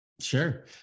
Sure